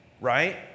right